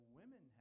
women